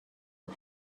are